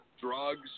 drugs